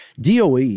DOE